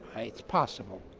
it's possible.